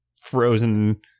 frozen